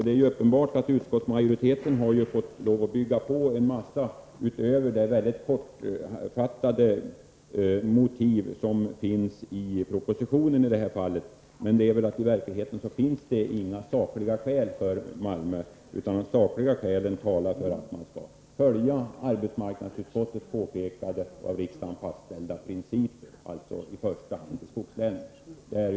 Det är uppenbart att utskottsmajoriteten har fått bygga på en massa utöver de mycket kortfattade motiv som anges i propositionen i det här fallet. I verkligheten finns det väl inga sakliga skäl för en lokalisering till Malmö. De sakliga skälen talar för att vi skall följa arbetsmarknadsutskottets påpekande om av riksdagen fastställda principer, dvs. i första hand en lokalisering till skogslänen.